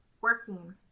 working